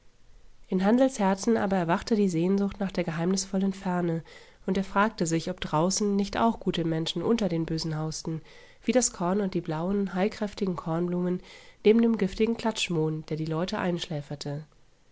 in hansls herzen aber erwachte die sehnsucht nach der geheimnisvollen ferne und er fragte sich ob draußen nicht auch gute menschen unter den bösen hausten wie das korn und die blauen heilkräftigen kornblumen neben dem giftigen klatschmohn der die leute einschläferte